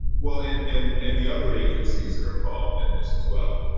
well, and and and the other agencies that are involved in this as well.